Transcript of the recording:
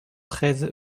treize